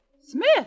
Smith